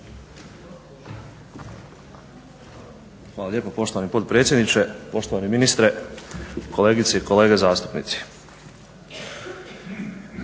Hvala lijepo poštovani potpredsjedniče. Poštovani ministre, kolegice i kolege zastupnici.